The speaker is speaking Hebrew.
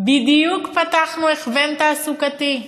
בדיוק פתחנו הכוון תעסוקתי.